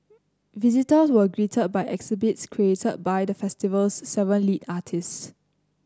visitors were greeted by exhibits created by the festival's seven lead artists